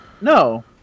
No